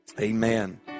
Amen